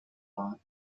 war